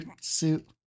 suit